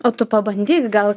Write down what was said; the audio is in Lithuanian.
o tu pabandyk gal